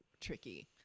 tricky